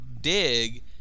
dig